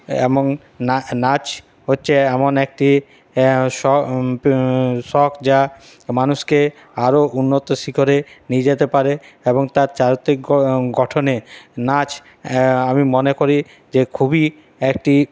এবং না নাচ হচ্চে এমন একটি শ শখ যা মানুষকে আরো উন্নত শিখরে নিয়ে যেতে পারে এবং তার চারিত্রিক গঠনে নাচ আমি মনে করি যে খুবই একটি